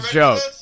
joke